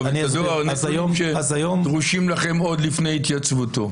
נתונים שדרושים לכם עוד לפני התייצבותו.